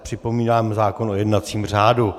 Připomínám zákon o jednacím řádu.